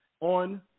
on